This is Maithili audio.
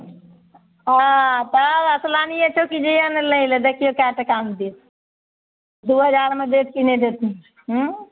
हँ तब जैइयौ ने लै लए देखियै कए टाकामे देत दू हजारमे देत कि नहि देथिन हूँ